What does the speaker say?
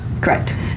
Correct